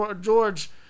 George